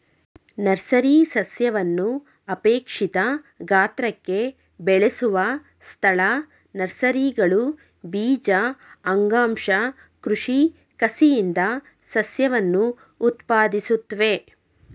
nursery ಸಸ್ಯವನ್ನು ಅಪೇಕ್ಷಿತ ಗಾತ್ರಕ್ಕೆ ಬೆಳೆಸುವ ಸ್ಥಳ ನರ್ಸರಿಗಳು ಬೀಜ ಅಂಗಾಂಶ ಕೃಷಿ ಕಸಿಯಿಂದ ಸಸ್ಯವನ್ನು ಉತ್ಪಾದಿಸುತ್ವೆ